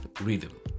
Rhythm